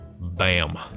Bam